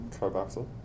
Carboxyl